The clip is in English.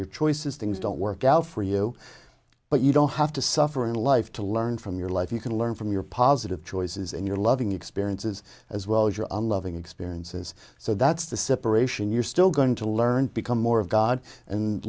your choices things don't work out for you but you don't have to suffer in life to learn from your life you can learn from your positive choices and your loving experiences as well as your unloving experiences so that's the separation you're still going to learn become more of god and